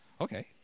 okay